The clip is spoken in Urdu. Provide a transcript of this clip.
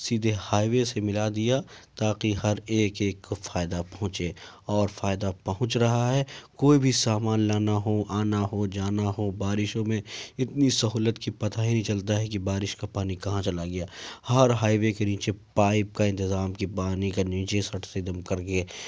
سیدھے ہائی وے سے ملا دیا تاکہ ہر ایک ایک کو فائدہ پہنچے اور فائدہ پہنچ رہا ہے کوئی بھی سامان لانا ہو آنا ہو جانا ہو بارشوں میں اتنی سہولت کہ پتہ ہی نہیں چلتا ہے بارش کا پانی کہاں چلا گیا ہر ہائی وے کے نیچے پائپ کا انتظام کہ پانی کا نیچے سٹ سے ایک دم کر کے